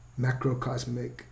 macrocosmic